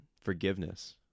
forgiveness